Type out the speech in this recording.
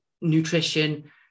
nutrition